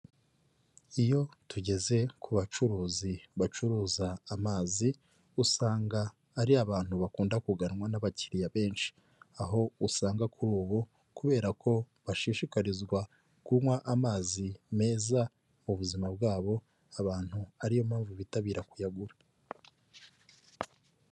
Iyo tugeze ku bacuruzi bacuruza amazi usanga ari abantu bakunda kuganwa n'abakiriya benshi. Aho usanga kuri ubu, kubera ko bashishikarizwa kunywa amazi meza mu buzima bwabo, abantu ariyo mpamvu bitabira kuyagura.